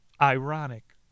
ironic